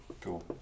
Cool